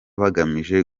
bagamije